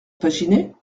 paginet